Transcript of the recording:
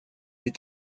est